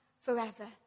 forever